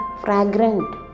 fragrant